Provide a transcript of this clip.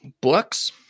books